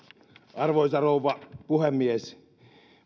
arvoisa rouva puhemies